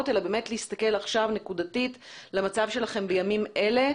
אלא באמת להסתכל עכשיו נקודתית על המצב שלכם בימים אלה,